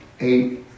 eight